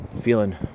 Feeling